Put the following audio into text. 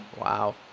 Wow